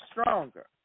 stronger